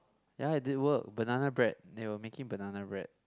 ya it did work banana bread they were making banana bread